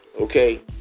Okay